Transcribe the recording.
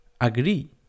Agree